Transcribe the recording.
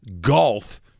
golf